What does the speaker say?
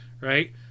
right